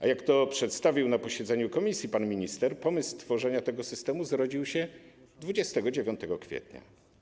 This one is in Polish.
A jak to przedstawił na posiedzeniu komisji pan minister, pomysł stworzenia tego systemu zrodził się 29 kwietnia.